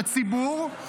לציבור.